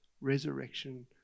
resurrection